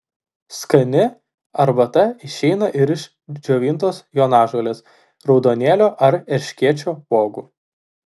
skani arbata išeina ir iš džiovintos jonažolės raudonėlio ar erškėčio uogų